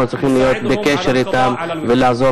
אנחנו צריכים להיות בקשר אתם ולעזור